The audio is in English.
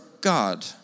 God